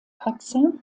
katze